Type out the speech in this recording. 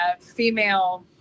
female